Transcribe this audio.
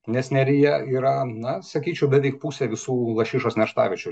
nes neryje yra na sakyčiau beveik pusė visų lašišos nerštaviečių